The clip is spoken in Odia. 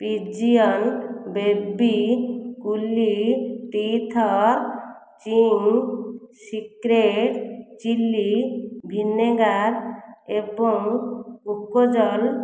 pigeon baby cooly teething secret chilli vinegar ଏବଂ କୋକୋଜଲ୍